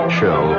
show